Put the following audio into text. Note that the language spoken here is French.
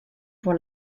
pour